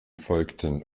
folgten